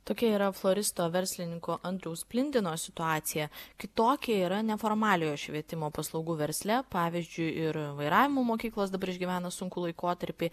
tokia yra floristo verslininko andriaus plindino situacija kitokia yra neformaliojo švietimo paslaugų versle pavyzdžiui ir vairavimo mokyklos dabar išgyvena sunkų laikotarpį